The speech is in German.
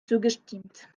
zugestimmt